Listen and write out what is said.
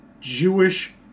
Jewish